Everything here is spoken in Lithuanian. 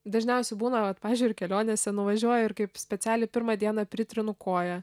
dažniausiai būna vat pavyzdžiui ir kelionėse nuvažiuoju ir kaip specialiai pirmą dieną pritrinu koją